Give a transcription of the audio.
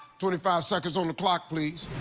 twenty five seconds on the clock, please.